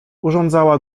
urządzała